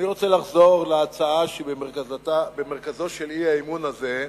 אני רוצה לחזור להצעה שבמרכזו של האי-אמון הזה,